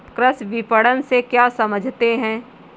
कृषि विपणन से क्या समझते हैं?